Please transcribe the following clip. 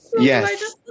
Yes